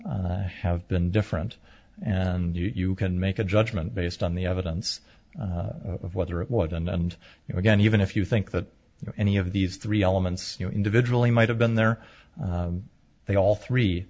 have been different and you can make a judgment based on the evidence of whether it was and you know again even if you think that any of these three elements you individually might have been there they all three